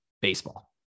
baseball